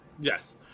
Yes